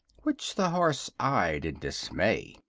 which the horse eyed in dismay.